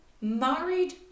married